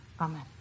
Amen